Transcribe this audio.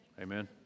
Amen